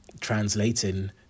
translating